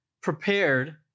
prepared